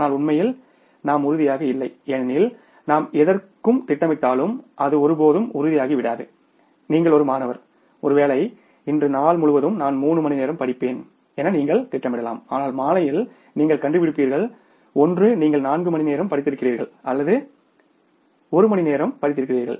ஆனால் உண்மையில் நாம் உறுதியாக இல்லை ஏனெனில் நாம் எதற்கு திட்டமிட்டாலும் அது ஒருபோதும் உறுதியாகிவிடாது நீங்கள் ஒரு மாணவர் ஒருவேலை இன்று நாள் முழுவதும் நான் 3 மணி நேரம் படிப்பேன் என்று நீங்கள் திட்டமிடலாம் ஆனால் மாலையில் நீங்கள் கண்டுபிடிப்பீர்கள் ஒன்று நீங்கள் நான்கு மணி நேரம் படித்திருக்கலாம் அல்லது ஒரு மணி நேரம் படித்திருக்கலாம் என்று